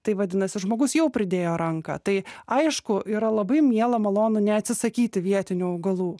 tai vadinasi žmogus jau pridėjo ranką tai aišku yra labai miela malonu neatsisakyti vietinių augalų